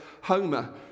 Homer